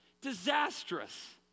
Disastrous